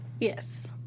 Yes